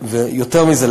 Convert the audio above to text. יותר מזה,